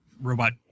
robot